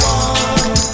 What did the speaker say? one